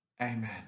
amen